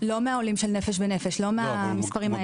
לא מהעולים של נפש בנפש, לא מהמספרים האלה.